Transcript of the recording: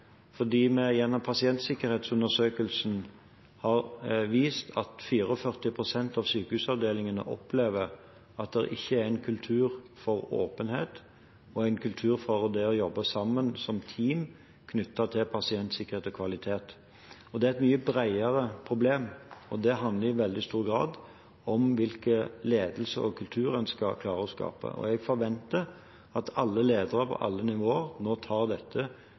Gjennom pasientsikkerhetsundersøkelsen har vi sett at 44 pst. av sykehusavdelingene opplever at det ikke er kultur for åpenhet og kultur for det å jobbe sammen som team knyttet til pasientsikkerhet og kvalitet – og det er et mye bredere problem. Det handler i veldig stor grad om hvilken ledelseskultur en skal klare å skape. Jeg forventer at alle ledere på alle nivåer nå tar dette